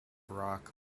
rock